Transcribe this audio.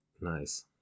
Nice